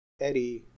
Eddie